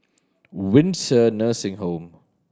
Windsor Nursing Home